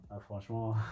Franchement